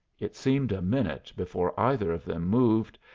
it seemed a minute before either of them moved,